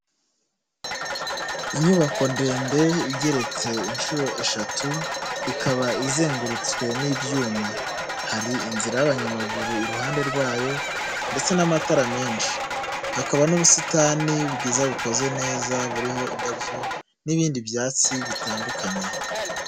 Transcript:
Inyubako ndende igeretse inshuro eshatu, ikaba izengurutswe n'ibyuma. Hari inzira y'abanyamaguru iruhande rwayo ndetse n'amatara menshi. Hakaba n'ubusitani bwiza bukoze neza buriho indabyo n'ibindi byatsi bitandukanye.